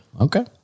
okay